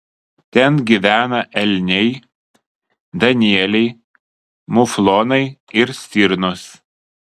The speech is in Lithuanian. ten gyvena elniai danieliai muflonai ir stirnos